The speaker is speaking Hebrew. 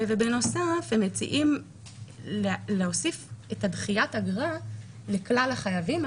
בנוסף הם מציעים להוסיף את דחיית האגרה לכלל החייבים,